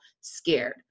scared